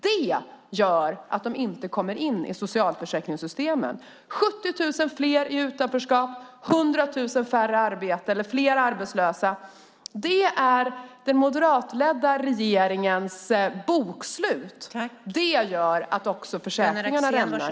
Det gör att de inte kommer in i socialförsäkringssystemen. 70 000 fler i utanförskap och 100 000 fler arbetslösa är den moderatledda regeringens bokslut. Det gör att även försäkringarna rämnar.